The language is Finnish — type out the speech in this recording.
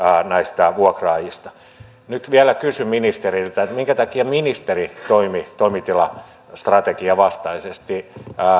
näistä vuokraajista nyt vielä kysyn ministeriltä minkä takia ministeri toimi toimitilastrategian vastaisesti